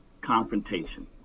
confrontation